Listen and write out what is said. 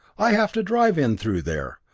i have to drive in through there.